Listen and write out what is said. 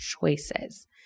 choices